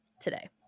today